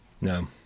No